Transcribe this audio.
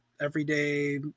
everyday